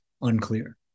unclear